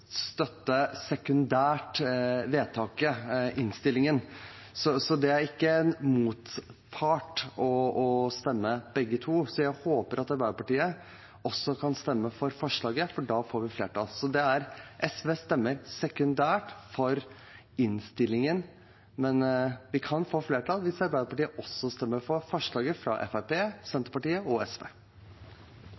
støtte sekundært vedtaket i innstillingen. Det er ikke en motsetning å stemme for begge to. Så jeg håper at Arbeiderpartiet også kan stemme for forslaget, for da får vi flertall. SV stemmer sekundært for innstillingen, men vi kan få flertall hvis Arbeiderpartiet også stemmer for forslaget fra